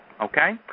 Okay